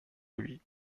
lui